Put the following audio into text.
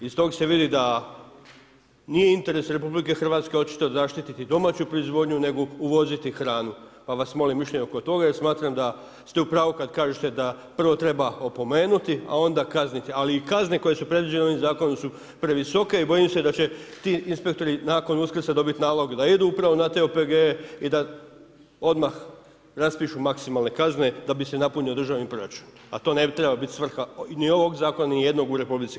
Iz tog se vidi da nije interes RH očito zaštititi domaću proizvodnju nego uvoziti hranu pa vas molim mišljenje oko toga jer smatram da ste u pravu kad kažete da prvo treba opomenuti a onda kazniti, ali i kazne koje su predviđene ovim zakonom su previsoke i bojim se da će ti inspektori nakon Uskrsa dobiti nalog da idu na te OPG-e i da odmah raspišu maksimalne kazne da bi se napunio državni proračun a to ne bi trebala biti svrha ni ovog zakona i nijednog u RH.